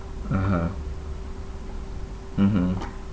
(uh huh) mmhmm